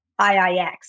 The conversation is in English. IIX